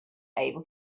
able